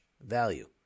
value